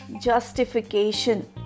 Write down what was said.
justification